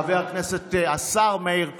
חבר הכנסת השר מאיר כהן.